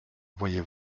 voyez